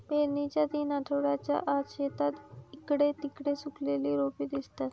पेरणीच्या तीन आठवड्यांच्या आत, शेतात इकडे तिकडे सुकलेली रोपे दिसतात